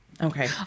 Okay